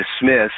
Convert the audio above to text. dismiss